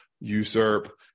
usurp